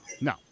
No